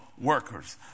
workers